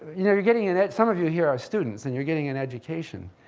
you know you're getting an, some of you here are students and you're getting an education,